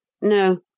No